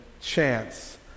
chance